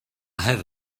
have